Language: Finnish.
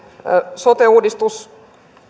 sote uudistus